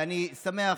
ואני שמח,